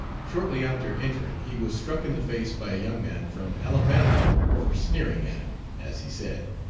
shortly after entering he was struck in the face by a young man from alabama for sneering at him, as he said,